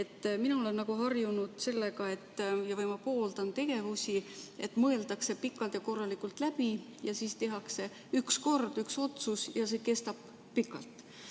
Mina olen harjunud sellega, või ma pooldan tegevusi, et mõeldakse pikalt ja korralikult asjad läbi ning siis tehakse üks kord üks otsus, mis kestab pikalt.